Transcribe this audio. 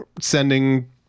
sending